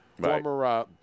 former